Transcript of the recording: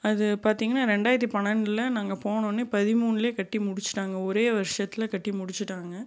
அது பார்த்திங்கன்னா ரெண்டாயிரத்தி பன்னெண்டில் நாங்கள் போவுடன்னே பதிமூணுலையே கட்டி முடிச்சிட்டாங்க ஒரே வருஷத்தில் கட்டி முடிச்சிட்டாங்க